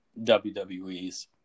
WWE's